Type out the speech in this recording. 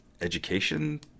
education